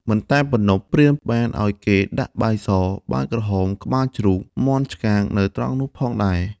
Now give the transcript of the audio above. មិនតែប៉ុណ្ណោះព្រាហ្មណ៍បានឲ្យគេដាក់បាយស បាយក្រហម ក្បាលជ្រូក មាន់ឆ្កាងនៅត្រង់នោះផងដែរ។